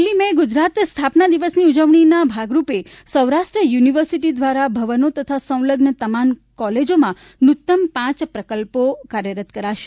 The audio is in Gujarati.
પહેલી મે એ ગુજરાત સ્થાપના દિવસની ઉજવણીના ભાગરૂપે સૌરાષ્ટ્ર યુનિવર્સિટી દ્વારા ભવનો તથા સંલગ્ન તમામ કોલેજોમાં નૂતન પાંચ પ્રકલ્પો કાર્યરત કરાશે